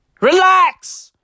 Relax